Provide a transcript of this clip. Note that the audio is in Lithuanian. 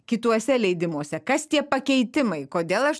kituose leidimuose kas tie pakeitimai kodėl aš